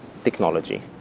technology